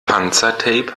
panzertape